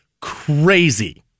crazy